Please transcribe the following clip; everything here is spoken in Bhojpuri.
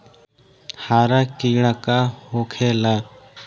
हरा कीड़ा का होखे ला?